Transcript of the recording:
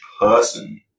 person